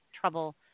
trouble